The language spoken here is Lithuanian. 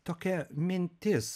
tokia mintis